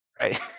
Right